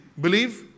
Believe